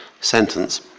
sentence